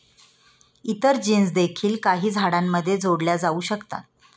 इतर जीन्स देखील काही झाडांमध्ये जोडल्या जाऊ शकतात